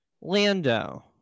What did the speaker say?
Lando